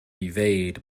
evade